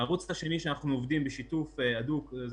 הערוץ השני שאנחנו עובדים בשיתוף הדוק זה